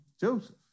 Joseph